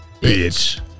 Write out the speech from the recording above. Bitch